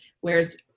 Whereas